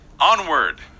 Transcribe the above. Onward